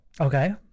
Okay